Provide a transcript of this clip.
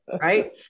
right